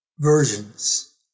versions